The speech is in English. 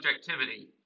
subjectivity